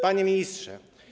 Panie Ministrze!